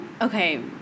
okay